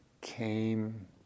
came